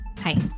hi